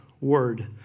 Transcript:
word